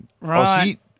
Right